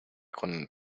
con